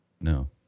No